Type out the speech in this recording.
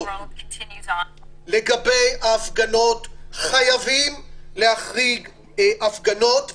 לגבי ההפגנות חייבים להחריג הפגנות.